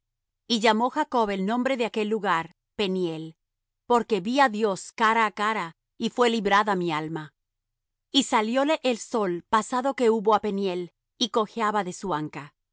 y llamó jacob el nombre de aquel lugar peniel porque vi á dios cara á cara y fué librada mi alma y salióle el sol pasado que hubo á peniel y cojeaba de su anca